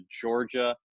Georgia